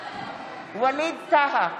ווליד טאהא,